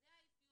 וזה האפיון.